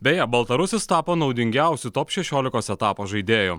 beje baltarusis tapo naudingiausiu top šešiolikos etapo žaidėjų